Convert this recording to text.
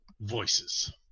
voices